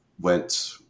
went